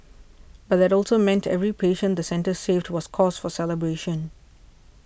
but that also meant every patient the centre saved was cause for celebration